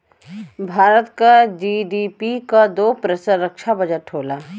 भारत क जी.डी.पी क दो प्रतिशत रक्षा बजट होला